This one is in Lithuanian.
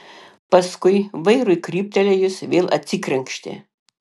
paskui vairui kryptelėjus vėl atsikrenkštė